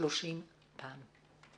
30 פעם.